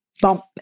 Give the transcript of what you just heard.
bump